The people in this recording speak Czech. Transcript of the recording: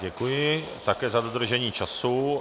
Děkuji také za dodržení času.